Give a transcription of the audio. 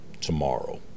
tomorrow